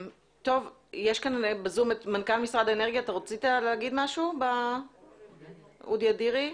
נמצא בזום מנכ"ל משרד האנרגיה אודי אדירי,